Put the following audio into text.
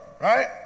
right